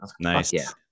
Nice